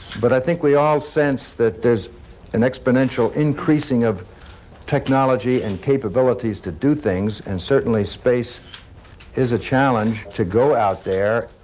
but i think we all sense that there's an exponential increasing of technology and capabilities to do things, and certainly space is a challenge to go out there.